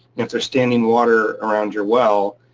and if there's standing water around your well,